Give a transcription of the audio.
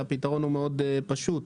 והפתרון מאוד פשוט.